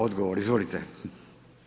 Odgovor, izvolite.